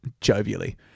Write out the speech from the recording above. jovially